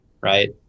Right